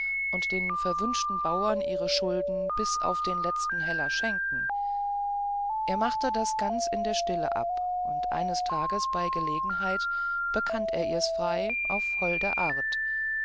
und den verwünschten bauern ihre schuld bis auf den letzten heller schenken er machte das ganz in der stille ab und eines tages bei gelegenheit bekannte er's ihr frei auf holde art